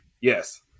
yes